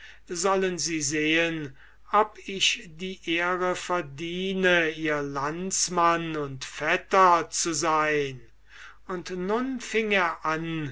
sollen sie sehen ob ich die ehre verdiene ihr landsmann und vetter zu sein und nun fing er an